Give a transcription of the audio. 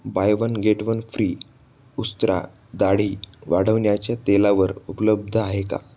bye one get one free उस्त्रा दाढी वाढवण्याच्या तेलावर उपलब्ध आहे का